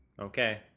Okay